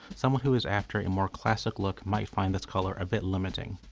someone who is after a more classic look might find this color a bit limiting.